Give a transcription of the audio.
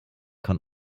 can